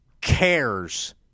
cares